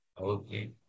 Okay